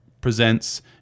presents